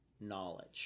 knowledge